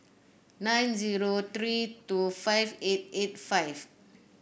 nine zero three two five eight eight five